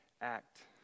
act